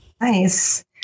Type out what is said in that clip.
nice